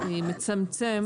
לא עובד, מחזיק.